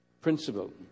Principle